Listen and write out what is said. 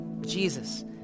Jesus